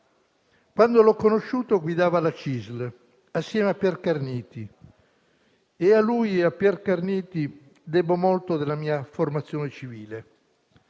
Quando l'ho conosciuto guidava la CISL assieme Pierre Carniti, e a lui e a Carniti debbo molto della mia formazione civile.